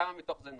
כמה מתוך זה נוצל.